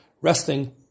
resting